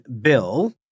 bill